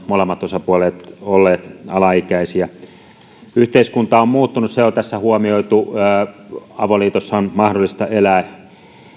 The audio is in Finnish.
molemmat osapuolet olleet alaikäisiä yhteiskunta on muuttunut se on tässä huomioitu avoliitossa on mahdollista elää